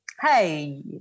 Hey